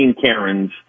Karens